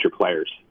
players